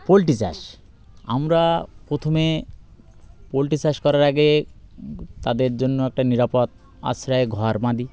poultry চাষ আমরা প্রথমে পোল্ট্রি চাষ করার আগে তাদের জন্য একটা নিরাপদ আশ্রায় ঘর বাঁধি